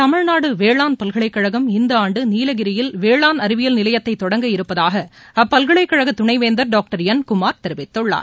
தமிழ்நாடு வேளாண் பல்கலைக் கழகம் இந்த ஆண்டு நீலகிரியில் வேளாண் அறிவியல் நிலையத்தை தொடங்க இருப்பதாக அப்பல்கலைக் கழக துணைவேந்தர் டாக்டர் என் குமார் தெரிவித்துள்ளார்